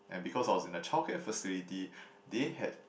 and because I was in a childcare facility they had